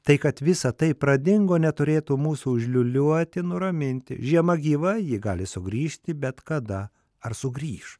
tai kad visa tai pradingo neturėtų mūsų užliūliuoti nuraminti žiema gyva ji gali sugrįžti bet kada ar sugrįš